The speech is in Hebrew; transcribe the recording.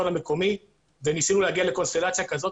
המקומי וניסינו להגיע לקונסטלציה כזאת